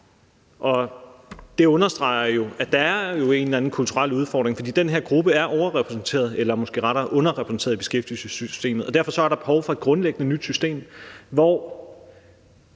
det understreger, at der jo er en eller anden kulturel udfordring, for den her gruppe er overrepræsenteret eller måske rettere underrepræsenteret i beskæftigelsessystemet. Og derfor er der behov for et grundlæggende nyt system, hvor